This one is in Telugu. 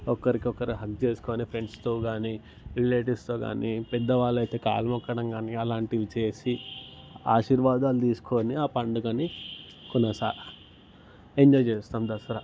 ఒకరికొకరు హాగ్ చేసుకుని ఫ్రెండ్స్తో కానీ లేడీస్తో కానీ పెద్ద వాళ్ళైతే కాళ్ళ మొక్కడం కానీ అలాంటివి చేసి ఆశీర్వాదాలు తీసుకుని ఆ పండుగని కొనసా ఎంజాయ్ చేస్తాం దసరా